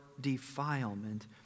defilement